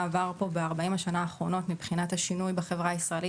כמה שיותר אינטגרטיבית בתוך מצב שהוא עובר מעברים בחייו,